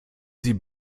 sie